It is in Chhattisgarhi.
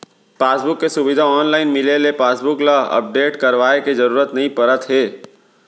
पासबूक के सुबिधा ऑनलाइन मिले ले पासबुक ल अपडेट करवाए के जरूरत नइ परत हे